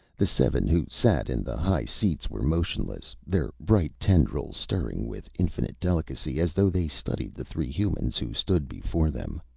the seven who sat in the high seats were motionless, their bright tendrils stirring with infinite delicacy as though they studied the three humans who stood before them.